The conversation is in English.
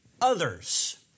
others